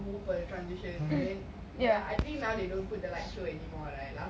the day because towards the end of the day like I was okay